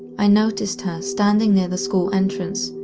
i noticed her standing near the school entrance,